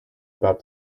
about